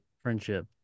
Friendship